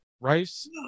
rice